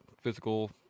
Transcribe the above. physical